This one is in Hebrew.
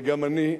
גם אני,